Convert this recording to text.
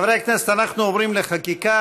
חברי הכנסת, אנחנו עוברים לחקיקה.